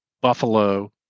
Buffalo